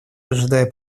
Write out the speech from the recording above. ожидая